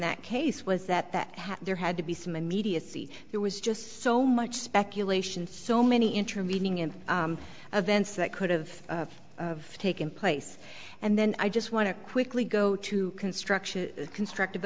that case was that there had to be some immediacy it was just so much speculation so many intervening in events that could've taken place and then i just want to quickly go to construction constructive